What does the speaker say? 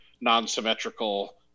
non-symmetrical